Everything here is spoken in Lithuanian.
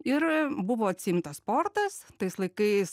ir buvo atsiimtas portas tais laikais